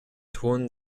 ton